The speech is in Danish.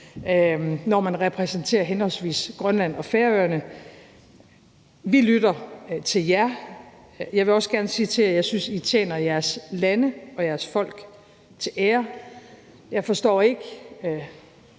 når man repræsenterer henholdsvis Grønland og Færøerne. Vi lytter til jer. Jeg vil også gerne sige til jer, at jeg synes, I tjener jeres lande og jeres folk til ære. Jeg forstår ikke,